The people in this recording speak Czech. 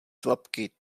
tlapky